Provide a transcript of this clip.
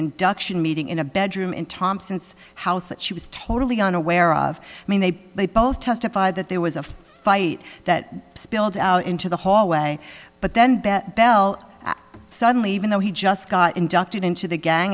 induction meeting in a bedroom in thompson's house that she was totally unaware of i mean they they both testified that there was a fight that spilled out into the hallway but then bet bell suddenly even though he just got inducted into the gang